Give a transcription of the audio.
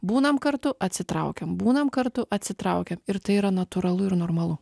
būnam kartu atsitraukiam būnam kartu atsitraukiam ir tai yra natūralu ir normalu